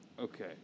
Okay